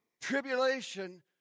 tribulation